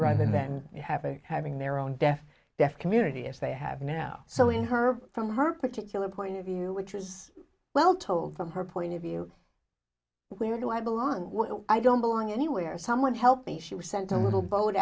you have a having their own deaf deaf community as they have now so in her from her particular point of view which is well told from her point of view where do i belong i don't belong anywhere someone helped me she was sent a little boat